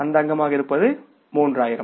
அந்த அங்கமாக இருப்பது 3000